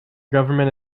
government